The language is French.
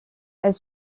elle